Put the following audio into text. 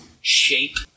shape